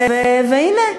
והנה,